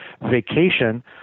vacation